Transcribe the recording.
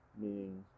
meaning